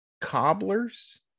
cobblers